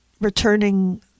returning